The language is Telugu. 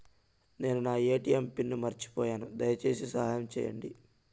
నేను నా ఎ.టి.ఎం పిన్ను మర్చిపోయాను, దయచేసి సహాయం చేయండి